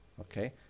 okay